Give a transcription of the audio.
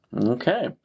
okay